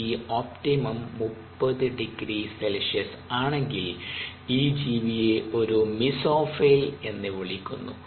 T optimum 30 0C ആണെങ്കിൽ ഈ ജീവിയെ ഒരു മീസോഫിൽ എന്ന് വിളിക്കുന്നു